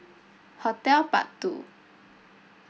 hotel part two